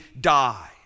die